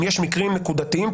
אם יש מקרים נקודתיים,